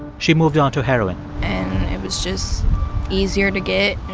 she moved on to heroin and it was just easier to get